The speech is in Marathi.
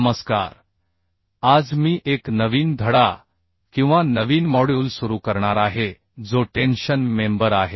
नमस्कार आज मी एक नवीन धडा किंवा नवीन मॉड्यूल सुरू करणार आहे जो टेन्शन मेंबर आहे